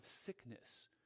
sickness